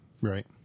Right